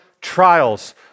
trials